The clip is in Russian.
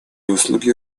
услуги